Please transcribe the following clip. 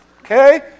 Okay